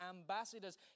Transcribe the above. ambassadors